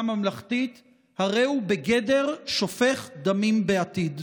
ממלכתית לאלתר הרי הוא בגדר שופך דמים בעתיד.